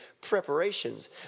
preparations